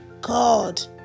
God